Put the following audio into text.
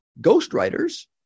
ghostwriters